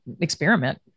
experiment